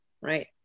right